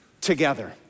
together